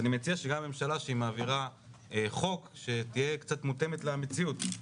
אני מציעה שאם הממשלה מעבירה חוק אז שהיא תהיה קצת מותאמת למציאות.